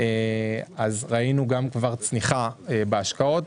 ראינו צניחה בהשקעות,